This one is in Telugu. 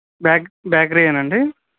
బ్యాక్ బేకరీనా అండి